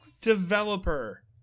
developer